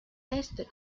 tested